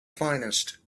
finest